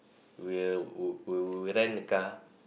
we'll would we would rent a car